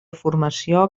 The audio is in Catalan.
formació